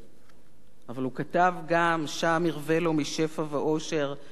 אבל הוא כתב גם "שם ירווה לו משפע ואושר בן ערב,